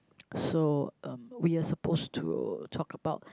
so um we were supposed to talk about